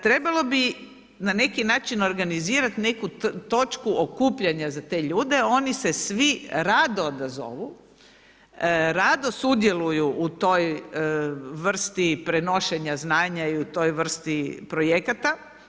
Trebalo bi na neki način organizirat neku točku okupljanja za te ljude oni se svi rado odazovu, rado sudjeluju u toj vrsti prenošenja znanja i toj vrsti projekata.